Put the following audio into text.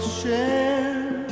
share